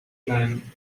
plan